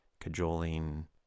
cajoling